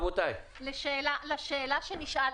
לשאלה שנשאלתי: